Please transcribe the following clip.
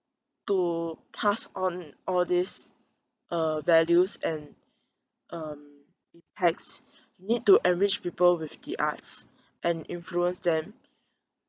to pass on all this uh values and um hence need to enrich people with the arts and influence them